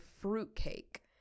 fruitcake